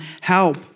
help